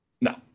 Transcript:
No